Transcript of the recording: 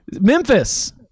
Memphis